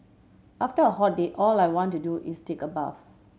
after a hot day all I want to do is take a bath